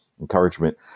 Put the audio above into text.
encouragement